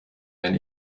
wenn